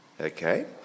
Okay